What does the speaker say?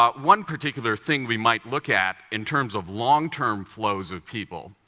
um one particular thing we might look at, in terms of long-term flows of people,